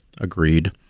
Agreed